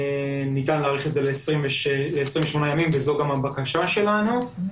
ניתן להאריך את זה ל-28 ימים, וזו גם הבקשה שלנו.